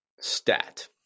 stat